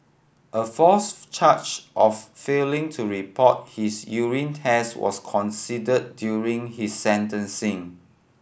a fourth charge of failing to report his urine test was considered during his sentencing